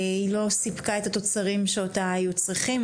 היא לא סיפקה את התוצרים שאותה היו צריכים.